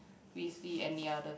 we see any other